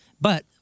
But-